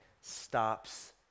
stops